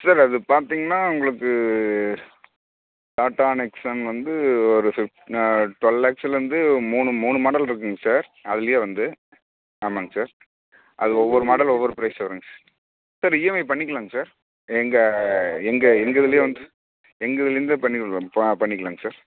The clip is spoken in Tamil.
சார் அது பார்த்தீங்கன்னா உங்களுக்கு டாடா நெக்ஸான் வந்து ஒரு ஃபிஃப் டுவெல் லாக்ஸ்லருந்து மூணு மூணு மாடல் இருக்குங்க சார் அதுலையே வந்து ஆமாம்ங்க சார் அது ஒவ்வொரு மாடல் ஒவ்வொரு ப்ரைஸ் வருங்க சார் சார் ஈஎம்ஐ பண்ணிக்கலாங்க சார் எங்கள் எங்கள் எங்கள் இதுலையே வந்து எங்கள் இதுலேர்ந்தே பண்ணிக்கொடுக்குறோம் ஆ பண்ணிக்கலாங்க சார்